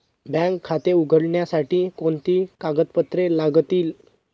Bank खाते उघडण्यासाठी कोणती कागदपत्रे लागतील?